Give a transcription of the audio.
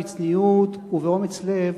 בצניעות ובאומץ לב